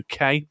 uk